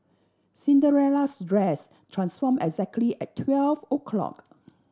Cinderella's dress transform exactly at twelve o' clock